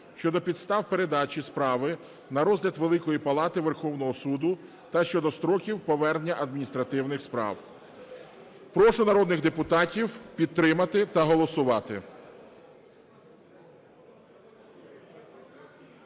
щодо підстав передачі справи на розгляд Великої Палати Верховного Суду та щодо строків повернення адміністративних справ. Прошу народних депутатів підтримати та голосувати.